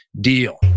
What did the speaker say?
deal